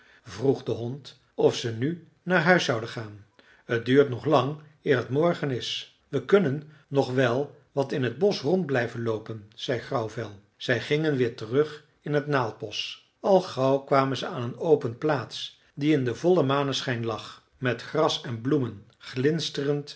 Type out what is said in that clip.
vroeg de hond of ze nu naar huis zouden gaan t duurt nog lang eer het morgen is we kunnen nog wel wat in het bosch rond blijven loopen zei grauwvel zij gingen weer terug in het naaldbosch al gauw kwamen ze aan een open plaats die in den vollen maneschijn lag met gras en bloemen glinsterend